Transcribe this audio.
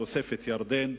בתוספת ירדן,